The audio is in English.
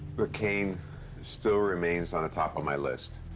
but kane still remains on the top of my list.